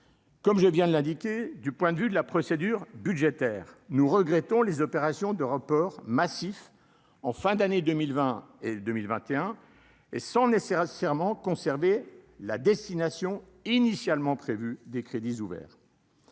Comme je viens de l'indiquer, du point de vue de la procédure budgétaire, nous regrettons les opérations de report massif en fin d'année 2020 et 2021 et sans nécessairement conservé la destination initialement prévu des crédits ouverts.